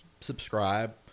subscribe